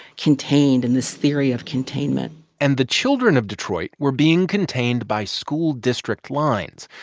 contained, and this theory of containment and the children of detroit were being contained by school district lines.